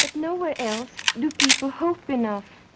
but nowhere else do people hope enough,